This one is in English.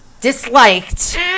disliked